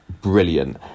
brilliant